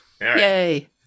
Yay